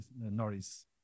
Norris